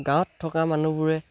গাঁৱত থকা মানুহবোৰে